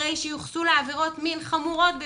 אחרי שיוחסה לה עבירות מין חמורות ביותר,